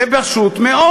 זה פשוט מאוד,